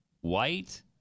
white